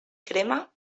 crema